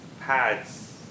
pads